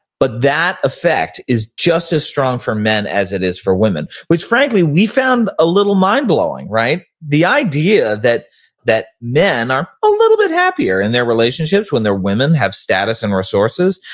but that effect is just as strong for men as it is for women, which frankly we found a little mind blowing, right? the idea that that men are a little bit happier in their relationships when their women have status and resources.